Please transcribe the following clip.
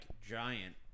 giant